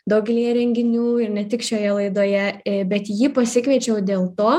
daugelyje renginių ir ne tik šioje laidoje bet jį pasikviečiau dėl to